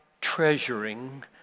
treasuring